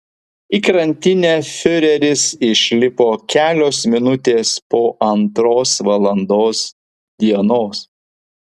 į krantinę fiureris išlipo kelios minutės po antros valandos dienos